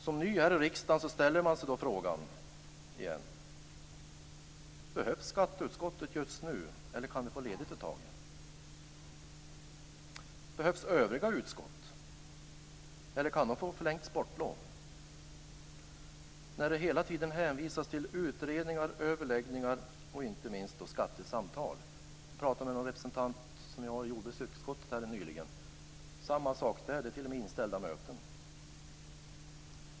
Som ny här i riksdagen ställer man sig då frågan: Behövs skatteutskottet just nu, eller kan det få ledigt ett tag? Behövs övriga utskott, eller kan de få förlängt sportlov eftersom det hela tiden hänvisas till utredningar, överläggningar och inte minst skattesamtal? Jag pratade med en representant som vi har i jordbruksutskottet nyligen, och det är samma sak där. De hade t.o.m. ställt in möten.